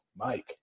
Mike